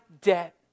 debt